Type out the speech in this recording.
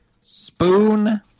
Spoon